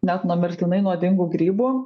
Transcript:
net nuo mirtinai nuodingų grybų